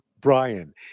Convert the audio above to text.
brian